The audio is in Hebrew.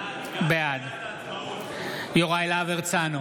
בעד יוראי להב הרצנו,